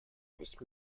sich